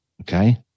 Okay